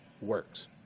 works